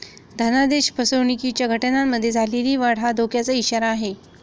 धनादेश फसवणुकीच्या घटनांमध्ये झालेली वाढ हा धोक्याचा इशारा आहे